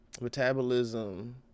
metabolism